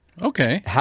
Okay